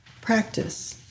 practice